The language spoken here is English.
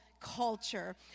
culture